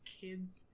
kid's